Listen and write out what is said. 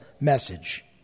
message